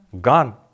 Gone